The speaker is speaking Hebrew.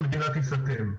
המדינה תיסתם.